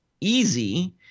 easy